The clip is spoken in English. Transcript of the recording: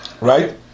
right